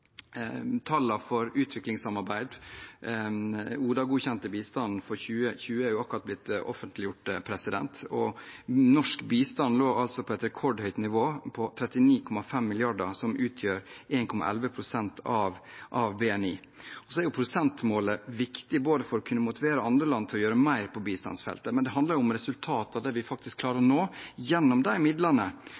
akkurat blitt offentliggjort. Norsk bistand lå altså på et rekordhøyt nivå, på 39,5 mrd. kr, som utgjør 1,11 pst. av BNI. Prosentmålet er viktig for å kunne motivere andre land til å gjøre mer på bistandsfeltet. Men det handler om resultatet av det vi faktisk klarer å få til gjennom disse midlene,